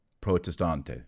Protestante